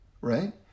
right